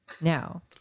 Now